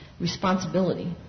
responsibility